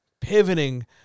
pivoting